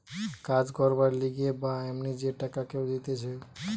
কাজ করবার লিগে বা এমনি যে টাকা কেউ দিতেছে